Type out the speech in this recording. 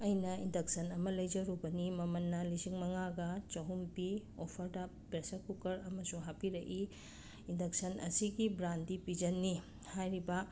ꯑꯩꯅ ꯏꯟꯗꯛꯁꯟ ꯑꯃ ꯂꯩꯖꯔꯨꯕꯅꯤ ꯃꯃꯟꯅ ꯂꯤꯁꯤꯡ ꯃꯉꯥꯒ ꯆꯍꯨꯝ ꯄꯤ ꯑꯣꯐꯔꯗ ꯄ꯭ꯔꯦꯁꯔ ꯀꯨꯀꯔ ꯑꯃꯁꯨ ꯍꯥꯞꯄꯤꯔꯛꯏ ꯏꯟꯗꯛꯁꯟ ꯑꯁꯤꯒꯤ ꯕ꯭ꯔꯥꯟꯗꯤ ꯄꯤꯖꯟꯅꯤ ꯍꯥꯏꯔꯤꯕ